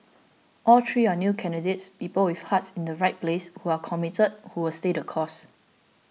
all three are new candidates people with hearts in the right place who are committed who will stay the course